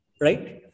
Right